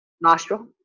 nostril